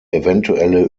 eventuelle